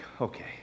okay